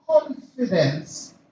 confidence